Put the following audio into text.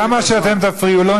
כמה שאתם תפריעו לו,